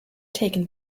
taken